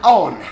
on